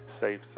safe